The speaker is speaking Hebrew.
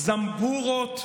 זמבורות,